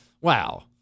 Wow